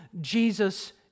Jesus